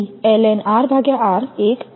718 છે